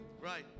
right